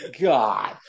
God